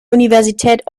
universität